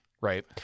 Right